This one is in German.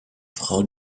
frau